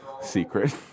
secret